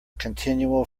continual